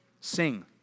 Sing